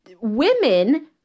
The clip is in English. Women